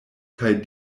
kaj